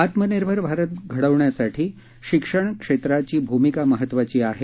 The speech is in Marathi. आत्मनिर्भर भारत घडवण्यासाठी शिक्षण क्षेत्राची भूमिका महत्वाची आहे